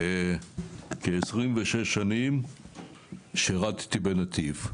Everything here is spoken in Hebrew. כ-26 שנים שירתתי ב"נתיב",